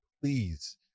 please